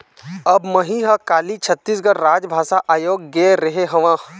अब मही ह काली छत्तीसगढ़ राजभाषा आयोग गे रेहे हँव